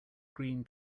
green